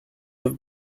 have